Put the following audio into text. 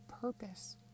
purpose